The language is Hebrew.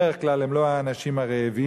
בדרך כלל הם לא האנשים הרעבים.